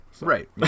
Right